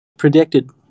Predicted